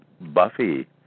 Buffy